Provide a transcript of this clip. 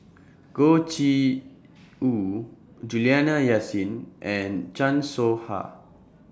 Goh Ee Choo Juliana Yasin and Chan Soh Ha